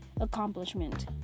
accomplishment